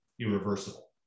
Irreversible